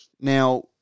Now